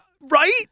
Right